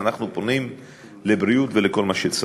אנחנו פונים לתחום הבריאות ולכל מה שצריך.